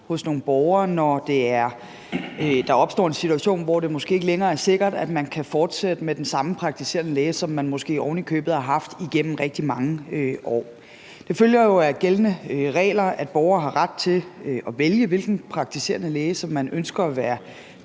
hos nogle borgere, når der opstår en situation, hvor det måske ikke længere er sikkert, at man kan fortsætte med den samme praktiserende læge, som man måske ovenikøbet har haft igennem rigtig mange år. Det følger jo af gældende regler, at borgere har ret til at vælge, hvilken praktiserende læge de ønsker at være